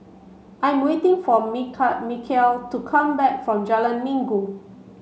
I am waiting for Michial to come back from Jalan Minggu